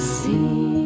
see